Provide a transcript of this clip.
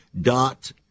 dot